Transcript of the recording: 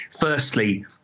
Firstly